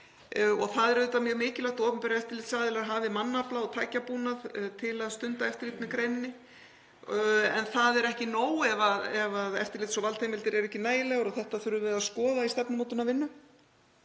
Það er auðvitað mjög mikilvægt að opinberir eftirlitsaðilar hafi mannafla og tækjabúnað til að stunda eftirlit með greininni, en það er ekki nóg ef eftirlits- og valdheimildir eru ekki nægilegar og þetta þurfum við að skoða í stefnumótunarvinnu.